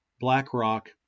BlackRock